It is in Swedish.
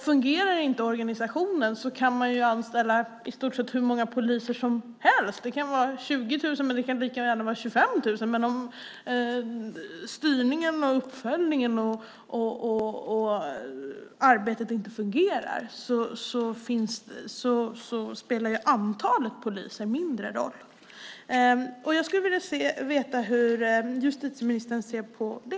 Fungerar inte organisationen kan man anställa i stort sett hur många poliser som helst - det kan vara 20 000, men det kan lika gärna vara 25 000. Om inte styrningen, uppföljningen och arbetet fungerar spelar antalet poliser mindre roll. Jag skulle vilja veta hur justitieministern ser på det.